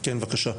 כן בבקשה.